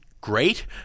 great